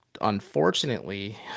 unfortunately